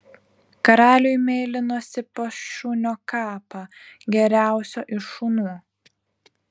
karaliui meilinosi pas šunio kapą geriausio iš šunų